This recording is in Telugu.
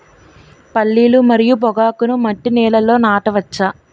పల్లీలు మరియు పొగాకును మట్టి నేలల్లో నాట వచ్చా?